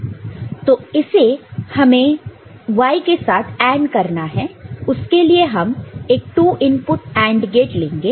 तो इसे हमें y के साथ AND करना है उसके लिए हम एक 2 इनपुट AND गेट लेंगे